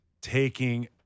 taking